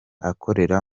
akorera